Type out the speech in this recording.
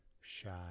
shy